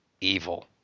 evil